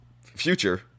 future